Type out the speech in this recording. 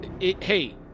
hey